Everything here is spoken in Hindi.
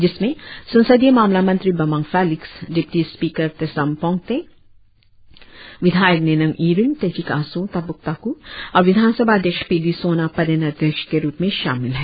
जिसमें संसदीय मामला मंत्री Bamang Felix deputy speaker Tesam Pongte विधायक निनोंग ईरिंग तेची कासो तापुक ताकू और विधानसभा अध्यक्ष पी डी सोना पदेन अध्यक्ष के रुप में शामिल है